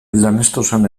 lanestosan